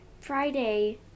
Friday